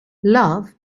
love